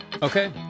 Okay